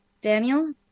Daniel